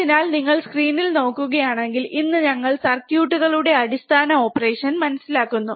അതിനാൽ നിങ്ങൾ സ്ക്രീനിൽ നോക്കുകയാണെങ്കിൽ ഇന്ന് ഞങ്ങൾ സർക്യൂട്ടുകളുടെ അടിസ്ഥാന ഓപ്പറേഷൻ മനസ്സിലാക്കുന്നു